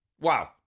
Wow